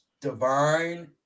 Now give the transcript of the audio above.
Divine